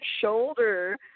shoulder